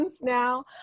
now